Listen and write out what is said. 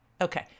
Okay